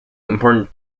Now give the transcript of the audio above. important